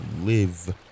live